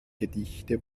gedichte